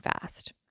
fast